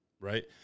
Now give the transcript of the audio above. right